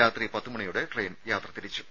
രാത്രി പത്തു മണിയോടെ ട്രെയിൻ യാത്ര തിരിച്ചു